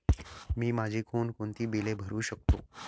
मी माझी कोणकोणती बिले भरू शकतो?